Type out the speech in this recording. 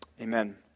amen